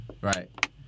right